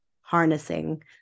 harnessing